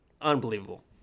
Unbelievable